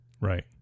right